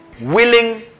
Willing